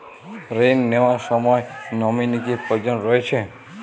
ঋণ নেওয়ার সময় নমিনি কি প্রয়োজন রয়েছে?